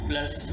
Plus